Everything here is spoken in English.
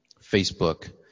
Facebook